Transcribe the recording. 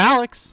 Alex